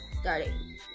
starting